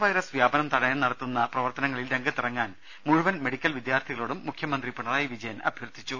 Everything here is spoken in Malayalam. ദേദ കൊറോണ വൈറസ് വ്യാപനം തടയാൻ നടത്തുന്ന പ്രവർത്തനങ്ങളിൽ രംഗത്തിറങ്ങാൻ മുഴുവൻ മെഡിക്കൽ വിദ്യാർത്ഥികളോടും മുഖ്യമന്ത്രി പിണറായി വിജയൻ അഭ്യർത്ഥിച്ചു